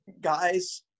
guys